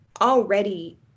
already